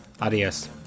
Adios